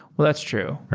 well, that's true.